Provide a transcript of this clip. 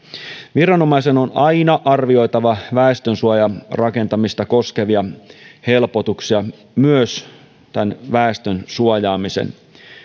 viranomaisen on aina arvioitava väestönsuojarakentamista koskevia helpotuksia myös väestön suojaamisen